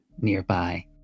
nearby